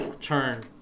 turn